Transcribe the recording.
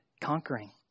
conquering